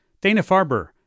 Dana-Farber